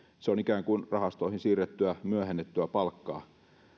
se on ikään kuin rahastoihin siirrettyä myöhennettyä palkkaa